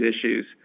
issues